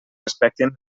respectin